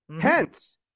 hence